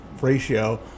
ratio